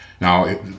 Now